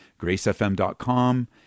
gracefm.com